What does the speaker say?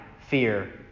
fear